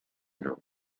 know